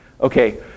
okay